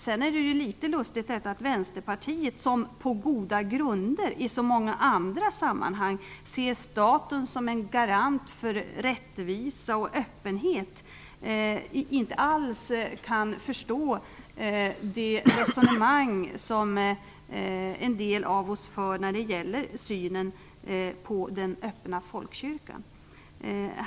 Sedan är det litet lustigt att Vänsterpartiet, som på goda grunder i så många andra sammanhang ser staten som en garant för rättvisa och öppenhet, inte alls kan förstå det resonemang som en del av oss för när det gäller synen på den öppna folkkyrkan.